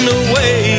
away